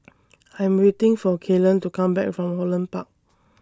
I'm waiting For Kaylan to Come Back from Holland Park